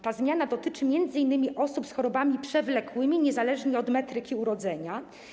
Ta zmiana dotyczy m.in. osób z chorobami przewlekłymi, niezależnie od daty urodzenia.